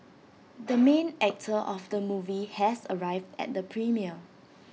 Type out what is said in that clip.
the main actor of the movie has arrived at the premiere